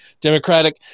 democratic